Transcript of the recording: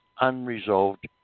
unresolved